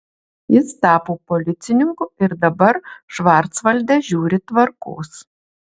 jis tapo policininku ir dabar švarcvalde žiūri tvarkos